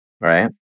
right